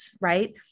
Right